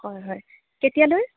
হয় হয় কেতিয়ালৈ